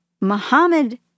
Mohammed